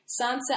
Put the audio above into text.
Sansa